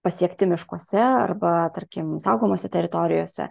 pasiekti miškuose arba tarkim saugomose teritorijose